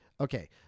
Okay